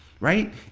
Right